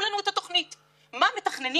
אבטלה?